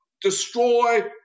Destroy